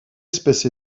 espèce